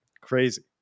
crazy